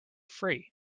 free